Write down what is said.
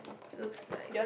looks like